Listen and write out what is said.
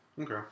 Okay